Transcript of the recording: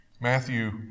Matthew